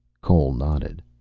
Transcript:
cole nodded.